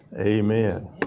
amen